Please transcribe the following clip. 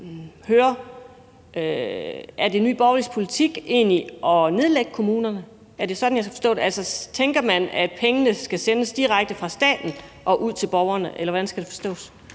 egentlig er Nye Borgerliges politik at nedlægge kommunerne. Er det sådan, jeg skal forstå det? Tænker man, at pengene skal sendes direkte fra staten og ud til borgerne, eller hvordan skal det forstås?